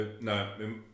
No